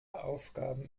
aufgaben